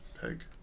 Peg